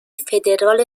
فدرال